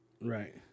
right